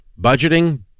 budgeting